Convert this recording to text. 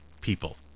people